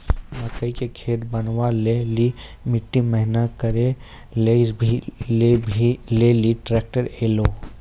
मकई के खेत बनवा ले ली मिट्टी महीन करे ले ली ट्रैक्टर ऐलो?